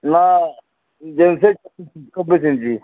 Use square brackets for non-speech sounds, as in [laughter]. না জেন্টসের [unintelligible] চব্বিশ ইঞ্চি